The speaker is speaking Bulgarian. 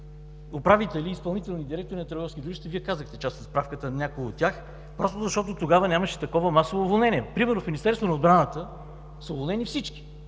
управители и изпълнители на търговски дружества – Вие казахте в справката някои от тях, просто защото тогава нямаше такова масово уволнение. Примерно в Министерството на отбраната са уволнени всички,